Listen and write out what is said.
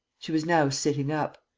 she was now sitting up.